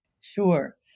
sure